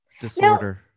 disorder